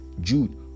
Jude